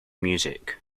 music